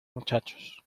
muchachos